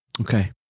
Okay